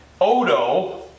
Odo